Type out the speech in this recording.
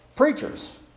preachers